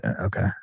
okay